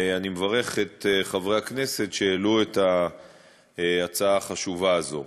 ואני מברך את חברי הכנסת שהעלו את ההצעה החשובה הזאת.